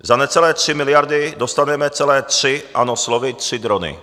Za necelé 3 miliardy dostaneme celé tři ano, slovy tři drony.